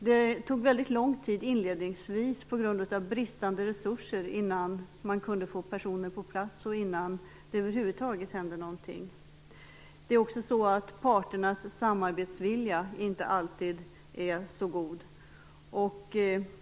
Det tog väldigt lång tid inledningsvis på grund av bristande resurser innan man kunde få personer på plats och innan det över huvud taget hände någonting. Det är också så att parternas samarbetsvilja inte alltid är så god.